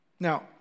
Now